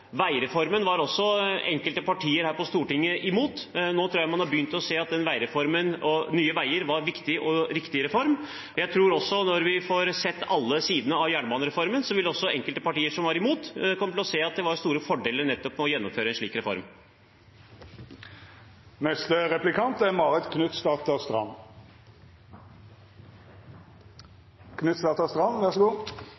Veireformen var også enkelte partier her på Stortinget imot. Nå tror jeg man har begynt å se at veireformen og Nye Veier var viktig og en riktig reform. Jeg tror også at når vi får sett alle sidene av jernbanereformen, vil også enkelte partier som var imot, komme til å se at det var store fordeler nettopp med å gjennomføre en slik reform.